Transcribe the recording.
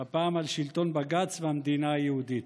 והפעם, על שלטון בג"ץ והמדינה היהודית.